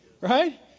Right